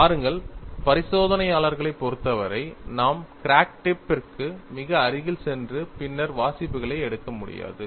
பாருங்கள் பரிசோதனையாளர்களைப் பொறுத்தவரை நாம் கிராக் டிப் பிற்கு மிக அருகில் சென்று பின்னர் வாசிப்புகளை எடுக்க முடியாது